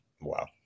Wow